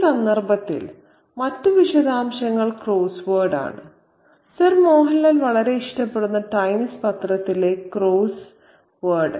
ഈ സന്ദർഭത്തിൽ രസകരമായ മറ്റ് വിശദാംശങ്ങൾ ക്രോസ്സ് വേർഡ് ആണ് സർ മോഹൻലാൽ വളരെ ഇഷ്ടപ്പെടുന്ന ടൈംസ് പത്രത്തിലെ ക്രോസ്സ് വേർഡ്